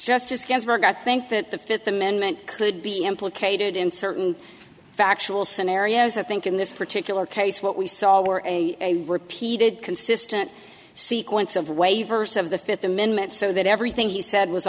justice ginsburg i think that the fifth amendment could be implicated in certain factual scenarios i think in this particular case what we saw were a repeated consistent sequence of way verse of the fifth amendment so that everything he said was